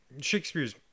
Shakespeare's